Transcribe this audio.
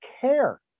care